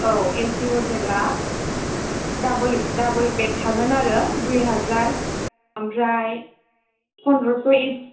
औ एसि हटेला double double bed थागोन आरो दुइ हाजार ओमफ्राय फनद्रस' एसि